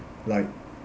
like